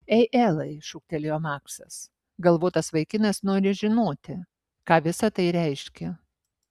ei elai šūktelėjo maksas galvotas vaikinas nori žinoti ką visa tai reiškia